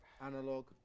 analog